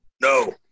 No